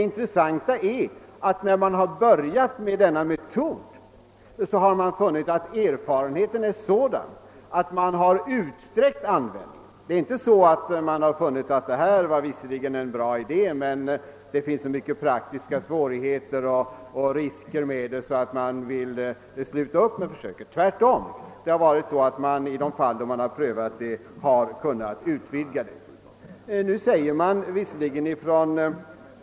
Intressant är också att när man börjat använda denna metod har erfarenheterna blivit sådana att avdragsrätten utvidgats. Man har alltså inte funnit att idén visserligen var bra, men att så många praktiska svårigheter och risker var förknippade med dess genomförande att man ville avsluta försöken; tvärtom har avdragsrätten kunnat utvidgas i de länder som prövat den.